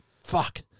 Fuck